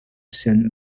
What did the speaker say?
saint